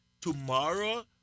Tomorrow